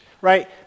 right